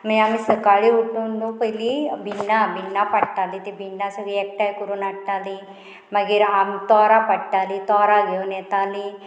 मागीर आमी सकाळीं उठून न्हू पयलीं भिंडां भिंडां पाडटालीं तीं भिंडां सगळीं एकठांय करून हाडटालीं मागीर आमी तोरां पाडटालीं तोरां घेवन येतालीं